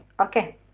Okay